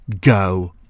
go